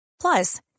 Plus